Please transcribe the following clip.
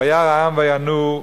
וירא העם וינועו,